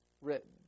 written